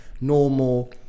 normal